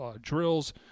drills